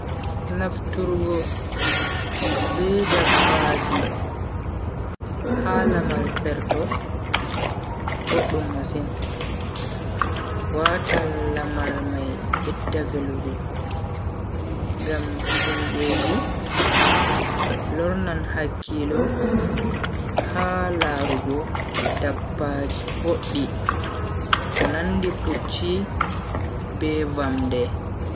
Nafturgo be dabbaaji ha lamar ferto boddum masin. watan Lamar mai bedda velugo ngam himbe ji lornan hakkilo ha larugo dabbaji boddi ko nandi pucchi be vamde.